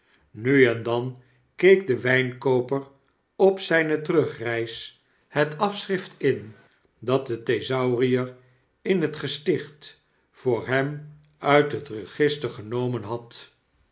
nu en dan keek de wynkooper op zyne terugreis het afschrift in dat de thesaurier in het gesticht voor hem uit het register genomen had